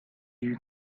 you